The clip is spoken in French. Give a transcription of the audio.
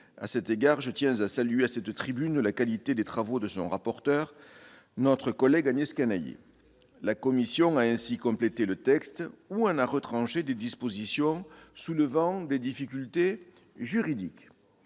À cet égard, je tiens à saluer à cette tribune la qualité des travaux de son rapporteur, notre collègue Agnès Canayer. La commission a ainsi complété le texte ou en a retranché des dispositions soulevant des difficultés juridiques.